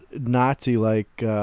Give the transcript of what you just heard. Nazi-like